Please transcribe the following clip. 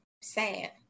Sad